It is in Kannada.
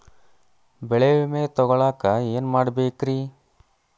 ಬೆಳೆ ವಿಮೆ ತಗೊಳಾಕ ಏನ್ ಮಾಡಬೇಕ್ರೇ?